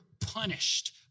punished